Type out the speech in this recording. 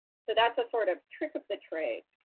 so that's a sort of trick of the trade.